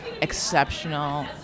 exceptional